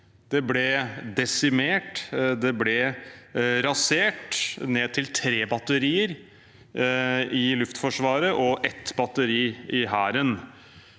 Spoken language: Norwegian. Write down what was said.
Det ble desimert. Det ble rasert ned til tre batterier i Luftforsvaret og ett batteri i Hæren,